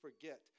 forget